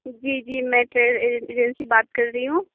جی جی میں travel agent سے بات کر رہی ہوں